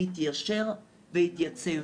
יתיישר ויתייצב,